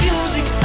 Music